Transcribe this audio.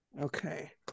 Okay